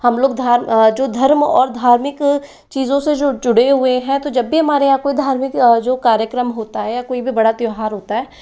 हम लोग धर्म जो धर्म और धार्मिक चीज़ों से जो जुड़े हुए हैं तो जब भी हमारे यहाँ कोई धार्मिक जो कार्यक्रम होता है या कोई भी बड़ा त्योहार होता है